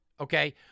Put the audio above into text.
Okay